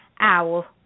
owl